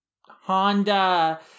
Honda